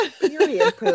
period